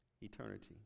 eternity